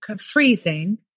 freezing